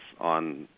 on